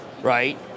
right